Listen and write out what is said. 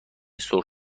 سرخ